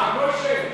ארבע.